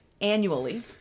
annually